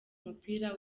umupira